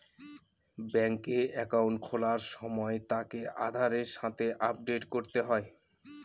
ব্যাঙ্কে একাউন্ট খোলার সময় তাকে আধারের সাথে আপডেট করতে হয়